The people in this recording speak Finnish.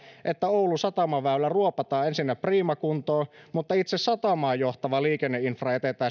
että oulun satamaväylä ruopataan ensinnä priimakuntoon mutta itse satamaan johtava liikenneinfra jätetään